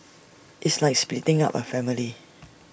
it's like splitting up A family